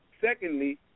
secondly